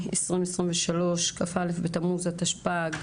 היום ה-10.07.2023, כ"א בתמוז התשפ"ג.